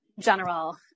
general